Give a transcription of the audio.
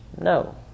no